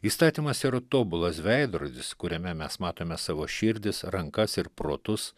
įstatymas yra tobulas veidrodis kuriame mes matome savo širdis rankas ir protus